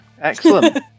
Excellent